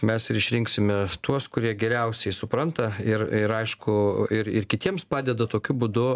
mes ir išrinksime tuos kurie geriausiai supranta ir ir aišku ir ir kitiems padeda tokiu būdu